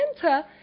center